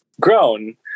grown